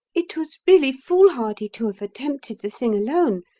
it was really foolhardy to have attempted the thing alone.